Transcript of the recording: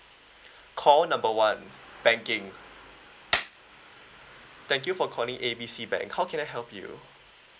call number one banking thank you for calling A B C bank how can I help you